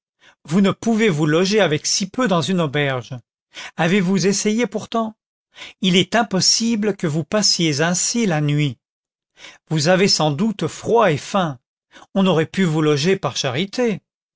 vous ne pouvez vous loger avec si peu dans une auberge avez-vous essayé pourtant il est impossible que vous passiez ainsi la nuit vous avez sans doute froid et faim on aurait pu vous loger par charité